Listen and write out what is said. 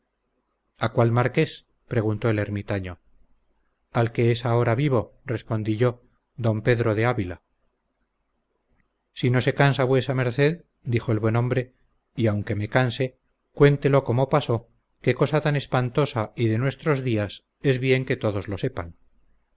á cuál marqués preguntó el ermitaño al que es ahora vivo respondí yo d pedro de ávila si no se cansa vuesa merced dijo el buen hombre y aunque se canse cuéntelo cómo pasó que cosa tan espantosa y de nuestros días es bien que todos lo sepan